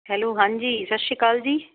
hello ਹਾਂਜੀ ਸਤਿ ਸ਼੍ਰੀ ਅਕਾਲ ਜੀ